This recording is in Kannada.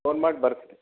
ಫೋನ್ ಮಾಡಿ ಬರ್ಸಿ ರೀ